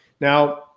Now